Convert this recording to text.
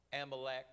Amalek